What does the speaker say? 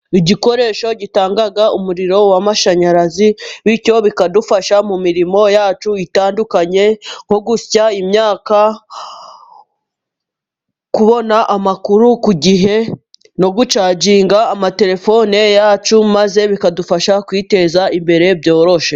Igikoresho gitanga umuriro w'amashanyarazi, bityo bikadufasha mu mirimo yacu itandukanye nko gusya imyaka kubona amakuru ku gihe no gucaginga amaterefone yacu, maze bikadufasha kwiteza imbere byoroshye.